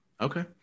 Okay